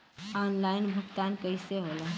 Online भुगतान कईसे होला?